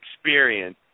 experience